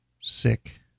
sick